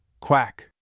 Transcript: Quack